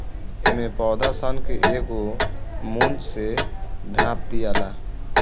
एमे पौधा सन के एगो मूंज से ढाप दियाला